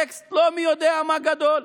טקסט לא מי יודע מה גדול,